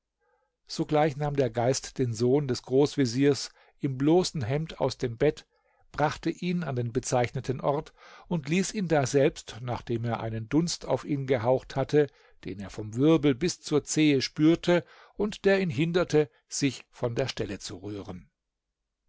sogleich nahm der geist den sohn des großveziers im bloßen hemd aus dem bett brachte ihn an den bezeichneten ort und ließ ihn daseibst nachdem er einen dunst auf ihn gehaucht hatte den er vom wirbel bis zur zehe spürte und der ihn hinderte sich von der stelle zu rühren